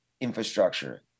infrastructure